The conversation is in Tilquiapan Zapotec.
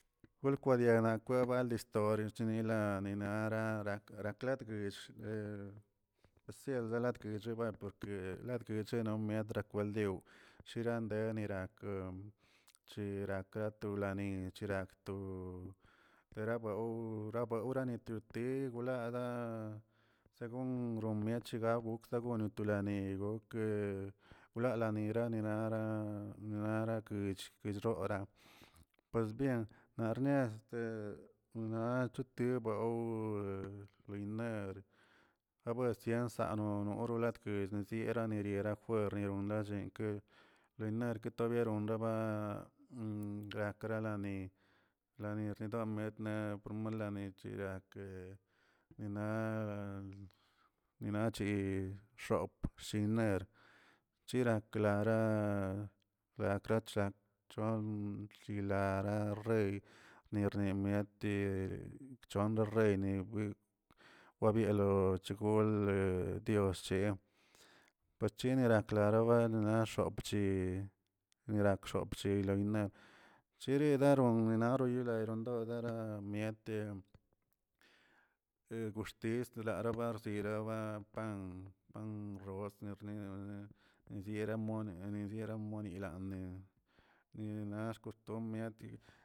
Golkwadiana kwabalestore chnila ninara ra- rakladguixll resiela latgullaa porke latguichano latrakwaldiw sherandenira chirakato nani chirakto garabaw gabawnanitiu dii goladaa según romiechegagu lagone tolani ke wlalanila nara- naraguch kishrora, pues buien bne este na chitibə gur iner labuensiensanano gorolatguch niseira riera fer kwelbadiena tobal ni storia chnelanii, nara rakguedni siel latguich porke latguichino mietra kwaldiw shirande nirak cherakatolani nicherakto garabewꞌ gabewraneto tie wlana según romiechgragwo lagono toliani boke wlalinira naraguch yichrora pues bien knes ste na choti bew por iner abuensiansano norolatguich niera nidiera nachi xop iner chira klara ratrachlak chilarar nirnimieti bchonrneri wbielo gole diosche pachini klaraba na xopchi nirak xopchi chiri naron royadonro doya na miete la guxtis larabarchi lava pan pan rosrni siera moni monilandə na xkotumiati.